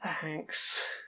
Thanks